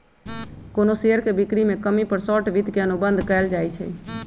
कोनो शेयर के बिक्री में कमी पर शॉर्ट वित्त के अनुबंध कएल जाई छई